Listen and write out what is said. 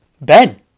Ben